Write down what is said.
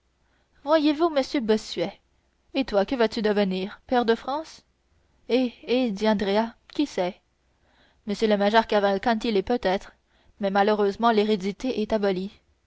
voyez-vous m bossuet et toi que vas-tu devenir pair de france eh eh dit andrea qui sait m le major cavalcanti l'est peut-être mais malheureusement l'hérédité est abolie